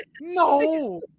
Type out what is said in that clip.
No